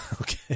Okay